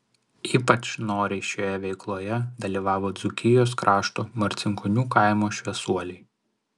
ypač noriai šioje veikloje dalyvavo dzūkijos krašto marcinkonių kaimo šviesuoliai